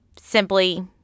Simply